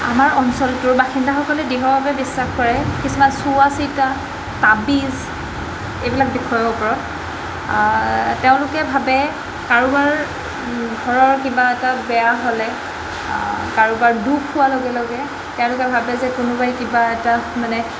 আমাৰ অঞ্চলটোৰ বাসিন্দাসকলে দৃঢ়ভাৱে বিশ্বাস কৰে কিছুমান চোৱা চিতা তাবিজ এইবিলাক বিষয়ৰ ওপৰত তেওঁলোকে ভাবে কাৰোবাৰ ঘৰৰ কিবা এটা বেয়া হ'লে কাৰোবাৰ দুখ হোৱাৰ লগে লগে তেওঁলোকে ভাবে যে কোনোবাই কিবা এটা মানে